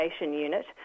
unit